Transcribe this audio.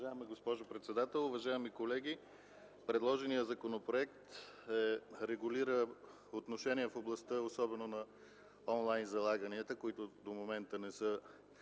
Уважаема госпожо председател, уважаеми колеги! Предложеният законопроект регулира отношения в областта особено на онлайн залаганията, които до момента не са